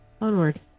onward